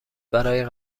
برای